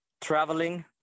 traveling